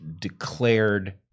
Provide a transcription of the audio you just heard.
declared